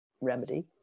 remedy